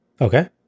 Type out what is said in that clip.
Okay